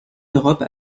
d’europe